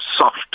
soft